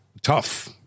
tough